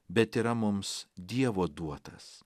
bet yra mums dievo duotas